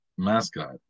Mascot